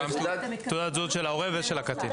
מספר תעודת זהות של ההורה ושל הקטין.